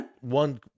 One